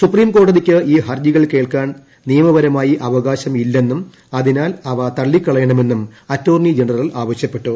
supreme കോടതിക്ക് ഈ ഹർജികൾ കേൾക്കാൻ നിയമപരമായി അവകാശം ഇല്ലെന്നും അതിനാൽ അവ തള്ളിക്കളയണമെന്നും അറ്റോർണി ജനറൽ ആവശ്യപ്പെട്ടു